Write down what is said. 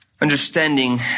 understanding